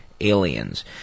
Aliens